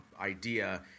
idea